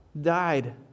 died